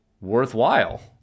worthwhile